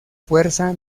fuerza